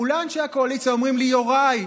אולי אנשי הקואליציה אומרים לי: יוראי,